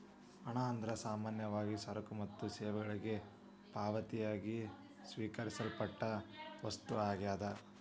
ಹಣ ಅಂದ್ರ ಸಾಮಾನ್ಯವಾಗಿ ಸರಕ ಮತ್ತ ಸೇವೆಗಳಿಗೆ ಪಾವತಿಯಾಗಿ ಸ್ವೇಕರಿಸಲ್ಪಟ್ಟ ವಸ್ತು ಆಗ್ಯಾದ